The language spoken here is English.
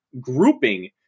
grouping